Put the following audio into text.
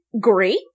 great